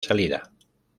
salida